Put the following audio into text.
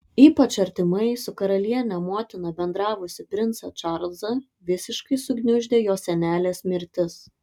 ypač artimai su karaliene motina bendravusį princą čarlzą visiškai sugniuždė jo senelės mirtis